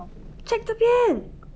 check 这边